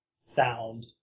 sound